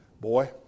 Boy